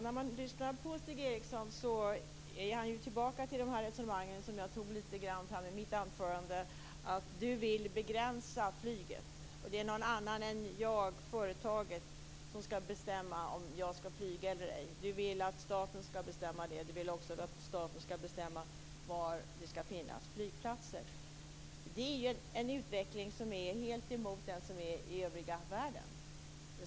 Fru talman! Stig Eriksson tog fram några resonemang jag hade i mitt anförande, nämligen om att han vill begränsa flyget. Men det är någon annan än företaget som ska bestämma om man ska flyga eller ej. Stig Eriksson vill att staten ska bestämma det. Stig Eriksson vill också att staten ska bestämma var det ska finnas flygplatser. Det är en utveckling helt emot den i övriga världen.